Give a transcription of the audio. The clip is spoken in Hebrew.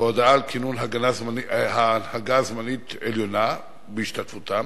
וההודעה על כינון הנהגה זמנית עליונה בהשתתפותם,